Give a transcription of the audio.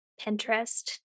Pinterest